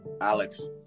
Alex